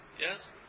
yes